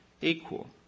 equal